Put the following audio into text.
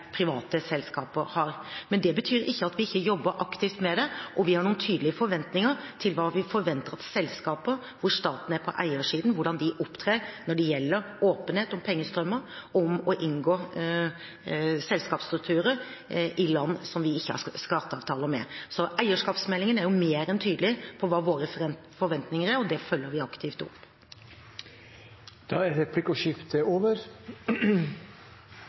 private selskaper har, men det betyr ikke at vi ikke jobber aktivt med det. Vi er tydelige på hva vi forventer av selskaper hvor staten er på eiersiden, om hvordan de opptrer når det gjelder åpenhet om pengestrømmer og om det å inngå selskapsstrukturer i land som vi ikke har skatteavtaler med. Eierskapsmeldingen er mer enn tydelig på hva våre forventninger er, og det følger vi aktivt opp. Dermed er replikkordskiftet over.